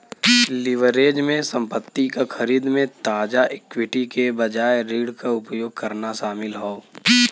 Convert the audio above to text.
leverage में संपत्ति क खरीद में ताजा इक्विटी के बजाय ऋण क उपयोग करना शामिल हौ